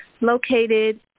located